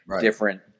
different